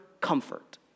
comfort